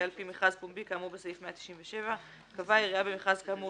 על פי מכרז פומבי כאמור בסעיף 197; קבעה העיריה במכרז כאמור